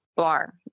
bar